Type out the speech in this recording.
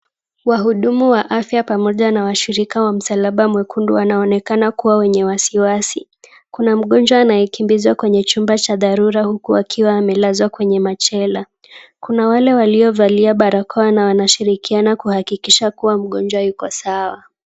Wahudumu wa afya pamoja na washirika wa msalaba mwekundu wanaonekana kuwa wenye wasiwasi. Kuna mgonjwa anayekimbizwa kwenye chumba cha dharura huku akiwa amelazwa kwenye machela. Kuna wale waliovalia barakoa na wanashirikiana kuhakikisha kuwa mgonjwa yuko sawa.